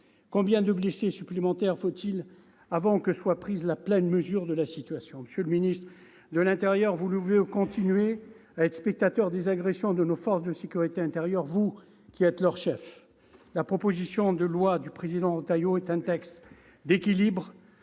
Combien de blessés supplémentaires faudra-t-il avant que ne soit prise la pleine mesure de la situation ? Monsieur le ministre de l'intérieur, voulez-vous continuer à être spectateur des agressions de nos forces de sécurité intérieure, vous qui êtes leur chef ? La proposition de loi du président Retailleau est un texte d'équilibre,